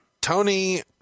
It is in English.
Tony